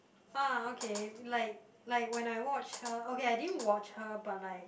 ah okay like like when I watched her okay I didn't watch her but like